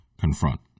confront